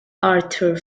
arthur